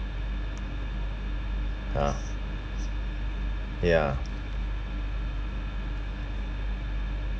uh ya